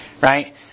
right